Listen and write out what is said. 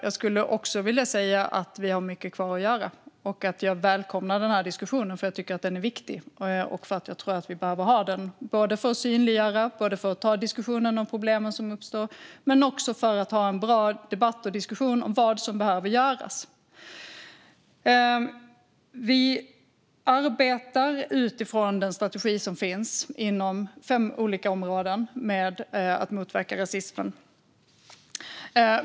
Jag skulle också vilja säga att vi har mycket kvar att göra och att jag välkomnar denna diskussion. Jag tycker att den är viktig och tror att vi behöver ha den, både för att synliggöra och ta diskussionen om de problem som uppstår och för att ha en bra debatt och diskussion om vad som behöver göras. Vi arbetar utifrån den strategi som finns inom fem olika områden med att motverka rasismen.